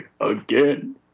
again